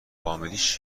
فامیلش